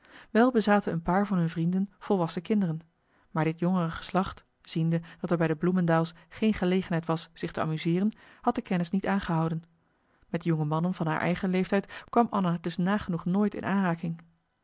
wel bezaten een paar van hun vrienden volwassen kinderen maar dit jongere geslacht ziende dat er bij de bloemendaels geen gelegenheid was zich te amuseeren had de kennis niet aangehouden met jonge mannen van haar eigen leeftijd kwam anna dus nagenoeg nooit in aanraking